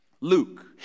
Luke